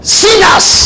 sinners